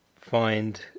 find